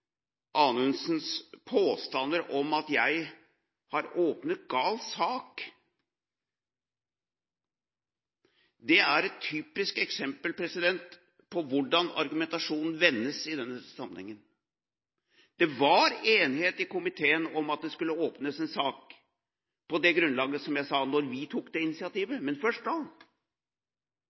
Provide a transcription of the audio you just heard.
Anundsens påstander om at jeg har åpnet gal sak. Det er et typisk eksempel på hvordan argumentasjonen vendes i denne sammenhengen. Det var enighet i komiteen om at det skulle åpnes sak på det grunnlaget som jeg sa, da vi tok initiativet – men først da.